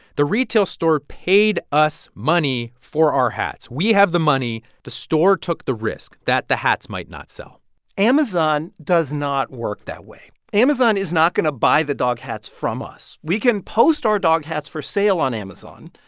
the retail store paid us money for our hats. we have the money. the store took the risk that the hats might not sell amazon does not work that way. amazon is not going to buy the dog hats from us. we can post our dog hats for sale on amazon,